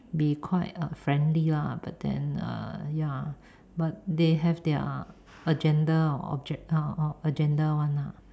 be quite uh friendly lah but then err ya but they have their agenda or object~ uh agenda [one] lah